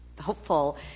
hopeful